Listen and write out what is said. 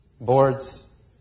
Boards